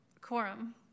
Quorum